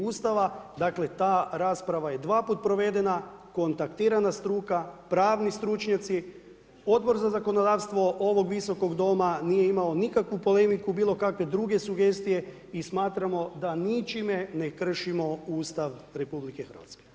Ustava, dakle, ta rasprava je dva puta provedena, kontaktirana struka, pravni stručnjaci, Odbor za zakonodavstvo ovog Visokog doma nije imao nikakvu polemiku, bilo kakve druge sugestije i smatramo da ničime ne kršimo Ustav RH.